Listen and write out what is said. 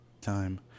Time